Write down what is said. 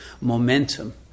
momentum